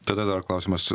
tada dar klausimas